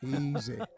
Easy